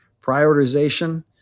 prioritization